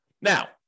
Now